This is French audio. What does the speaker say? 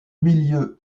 milieu